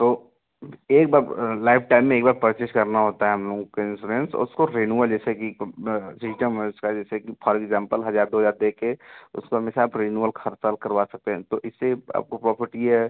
तो एक बार लाइफटाइम में एक बार पर्चेज करना होता है हम लोगों को इंस्योरेंस उसको रेनुअल जैसे कि सिस्टम है उसका जैसे कि फॉर इग्जाम्पल हजार दो हजार दे कर उसको हमेशा आप रीनुअल हर साल करवा सकते हैं तो इससे आपको प्रॉफ़िट ये है